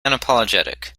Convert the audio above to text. unapologetic